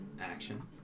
action